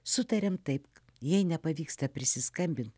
sutariam taip jei nepavyksta prisiskambint